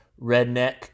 redneck